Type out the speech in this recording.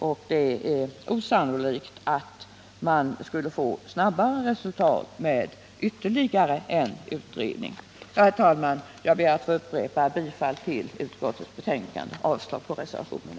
Det är enligt min mening inte sannolikt att man skulle uppnå resultat snabbare genom att tillsätta ytterligare en utredning. Herr talman! Jag ber att få upprepa mitt yrkande om bifall till utskottets hemställan i betänkandet och avslag på reservationerna.